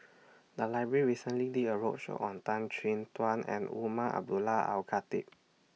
The Library recently did A roadshow on Tan Chin Tuan and Umar Abdullah Al Khatib